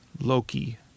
Loki